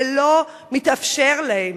ולא מתאפשר להם.